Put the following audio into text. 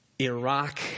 Iraq